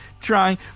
trying